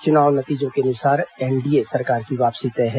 चुनाव नतीजों के अनुसार एनडीए सरकार की वापसी तय है